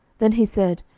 then he said,